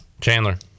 Chandler